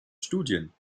studien